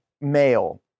male